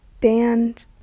band